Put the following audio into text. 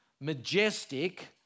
majestic